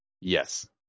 Yes